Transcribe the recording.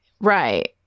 Right